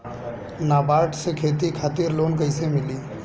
नाबार्ड से खेती खातिर लोन कइसे मिली?